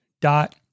dot